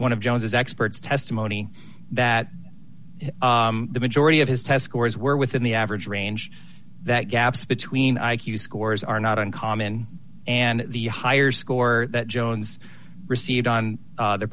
one of jones's experts testimony that the majority of his test scores were within the average range that gaps between i q scores are not uncommon and the higher score that jones received on their